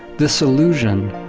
this illusion,